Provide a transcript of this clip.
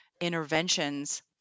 interventions